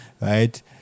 right